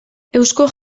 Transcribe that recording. eusko